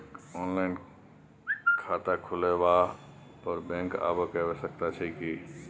Online खाता खुलवैला पर बैंक आबै के आवश्यकता छै की?